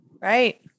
Right